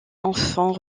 enfant